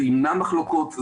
זה ימנע מחלוקות,